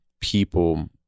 people